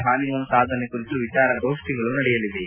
Hahnemann ಸಾಧನೆ ಕುರಿತು ವಿಚಾರಗೋಷ್ಠಿಗಳು ನಡೆಯಲಿವೆ